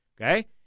Okay